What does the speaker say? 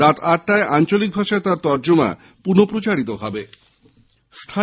রাত আটটায় আঞ্চলিক ভাষায় তাঁর তর্জমা পুনঃ প্রচারিত হবে